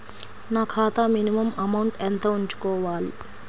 నా ఖాతా minimum amount ఎంత ఉంచుకోవాలి?